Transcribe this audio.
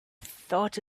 thought